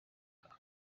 akazu